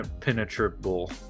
penetrable